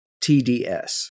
TDS